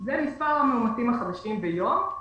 זה מספר המאומתים החדשים ביום--